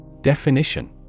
Definition